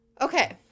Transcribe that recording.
okay